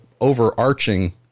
overarching